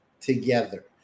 together